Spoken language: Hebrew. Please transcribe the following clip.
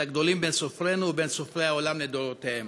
הגדולים בין סופרינו ובין סופרי העולם לדורותיהם.